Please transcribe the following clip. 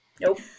nope